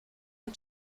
und